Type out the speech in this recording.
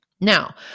Now